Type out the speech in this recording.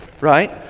Right